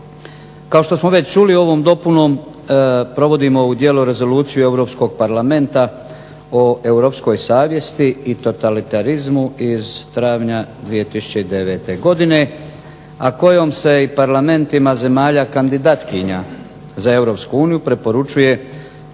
Kao što smo već čuli ovom dopunom provodimo u djelo Rezoluciju Europskog parlamenta o europskoj savjesti i totalitarizmu iz travnja 2009. godine, a kojom se i parlamentima zemalja kandidatkinja za EU preporučuje